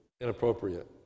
inappropriate